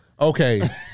Okay